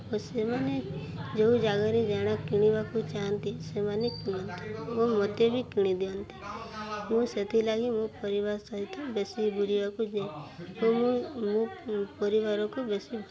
ଓ ସେମାନେ ଯେଉଁ ଜାଗାରେ ଜାଣା କିଣିବାକୁ ଚାହାନ୍ତି ସେମାନେ କିଣନ୍ତି ଓ ମୋତେ ବି କିଣି ଦିଅନ୍ତି ମୁଁ ସେଥିଲାଗି ମୋ ପରିବାର ସହିତ ବେଶି ବୁଲିବାକୁ ଯାଏ ଓ ମୁଁ ମୋ ପରିବାରକୁ ବେଶି